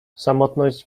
samotność